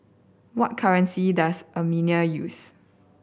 what currency does Armenia use